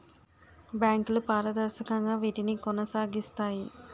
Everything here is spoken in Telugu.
బ్యాంకులు పారదర్శకంగా వీటిని కొనసాగిస్తాయి